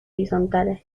horizontal